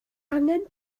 angen